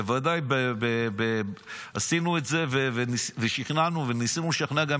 בוודאי עשינו את זה ושכנענו וניסינו לשכנע,